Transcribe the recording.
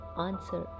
answer